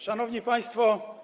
Szanowni Państwo!